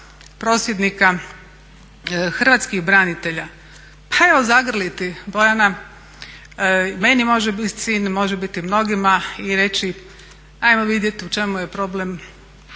prosvjednika hrvatskih branitelja pa evo zagrliti Bojana. Meni može biti sin, može biti mnogima i reći ajmo vidjeti u čemu je problem,